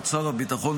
משרד האוצר,